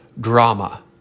drama